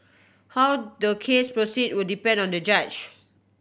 how the case proceed will depend on the judge